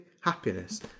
happiness